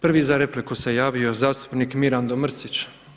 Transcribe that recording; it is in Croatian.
Prvi za repliku se javio zastupnik Mirando Mrsić.